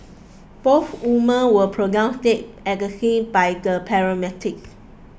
both woman were pronounced dead at the scene by paramedics